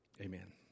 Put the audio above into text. Amen